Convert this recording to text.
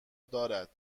دارد